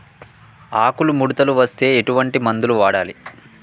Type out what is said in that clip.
ఆకులు ముడతలు వస్తే ఎటువంటి మందులు వాడాలి?